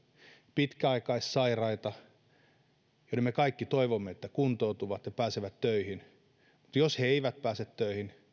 pitkäaikaissairaita joiden me kaikki toivomme kuntoutuvan ja pääsevän töihin mutta jos he he eivät pääse töihin